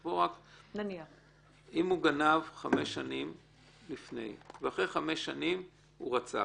אם הוא גנב חמש שנים לפני ואחרי שנים הוא רצח,